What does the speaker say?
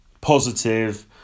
positive